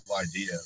idea